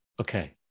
okay